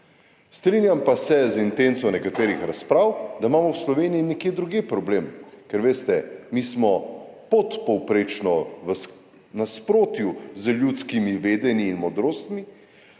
Strinjam pa se z intenco nekaterih razprav, da imamo v Sloveniji nekje drugje problem. Ker veste, mi smo podpovprečno, v nasprotju z ljudskimi vedenji in modrostmi,